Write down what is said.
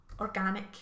organic